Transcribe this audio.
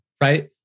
right